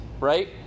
Right